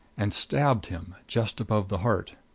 and stabbed him just above the heart!